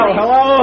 hello